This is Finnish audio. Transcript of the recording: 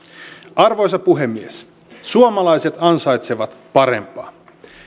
arvoisa puhemies suomalaiset ansaitsevat parempaa